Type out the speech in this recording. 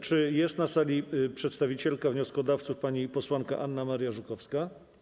Czy jest na sali przedstawicielka wnioskodawców pani posłanka Anna Maria Żukowska?